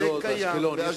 באשדוד ובאשקלון יש